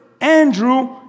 Andrew